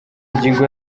ngingo